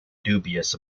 dubious